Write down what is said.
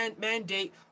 mandate